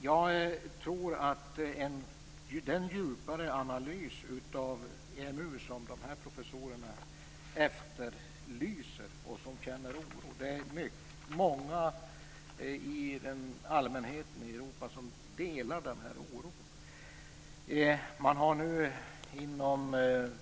Jag tror att den djupare analys av EMU som de tyska professorerna efterlyser och den oro de känner delas av många bland allmänheten i Europa.